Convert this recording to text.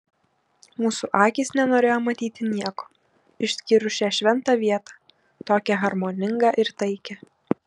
mūsų akys nenorėjo matyti nieko išskyrus šią šventą vietą tokią harmoningą ir taikią